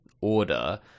order